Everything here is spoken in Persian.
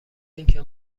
اینکه